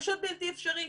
פשוט בלתי אפשרי.